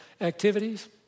activities